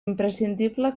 imprescindible